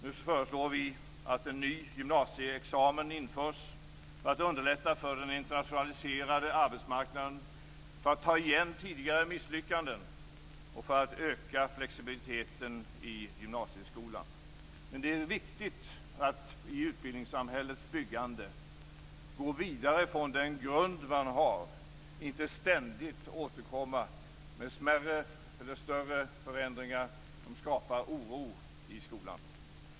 Nu föreslår vi att en ny gymnasieexamen införs, för att underlätta för den internationaliserade arbetsmarknaden, för att ta igen tidigare misslyckanden och för att öka flexibiliteten i gymnasieskolan. Men det är viktigt att i utbildningssamhällets byggande gå vidare från den grund man har, inte ständigt återkomma med smärre eller större förändringar som skapar oro i skolan.